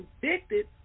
convicted